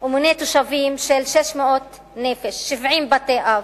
ומונה 600 נפש, 70 בתי אב,